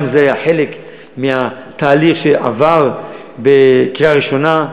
גם זה היה חלק מהתהליך שעבר בקריאה ראשונה,